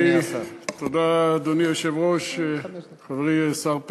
בדיור הציבורי לפי הזכאות לקצבת ניידות